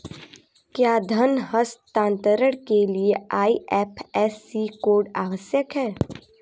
क्या धन हस्तांतरण के लिए आई.एफ.एस.सी कोड आवश्यक है?